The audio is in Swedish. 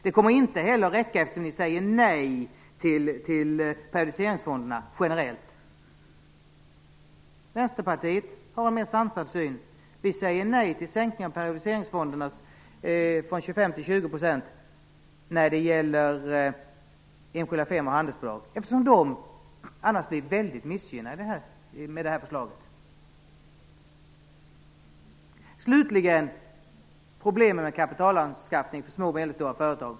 Det kommer inte heller räcka eftersom ni säger nej till periodiseringsfonderna generellt. Vänsterpartiet har en mer sansad syn. Vi säger nej till en sänkning i fråga om periodiseringsfonderna från 25 % till 20 % när det gäller enskilda firmor och handelsbolag. De blir ju annars väldigt missgynnade med det här förslaget. Slutligen har vi problemet med kapitalanskaffning till små och medelstora företag.